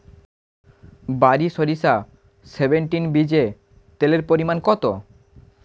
বারি সরিষা সেভেনটিন বীজে তেলের পরিমাণ কত?